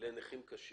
לנכים קשים,